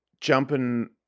jumping